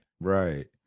right